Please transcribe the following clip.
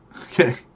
Okay